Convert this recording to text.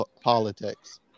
politics